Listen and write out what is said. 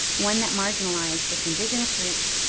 one that marginalized its indigenous roots,